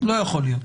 לא יכול להיות.